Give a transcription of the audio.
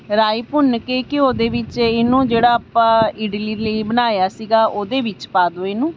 ਰਾਈ ਭੁੰਨ ਕੇ ਘਿਓ ਦੇ ਵਿੱਚ ਇਹਨੂੰ ਜਿਹੜਾ ਆਪਾਂ ਇਡਲੀ ਲਈ ਬਣਾਇਆ ਸੀਗਾ ਉਹਦੇ ਵਿੱਚ ਪਾ ਦਿਉ ਇਹਨੂੰ